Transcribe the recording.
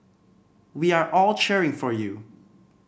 we are all cheering for you